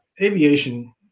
Aviation